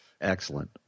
Excellent